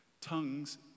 Tongues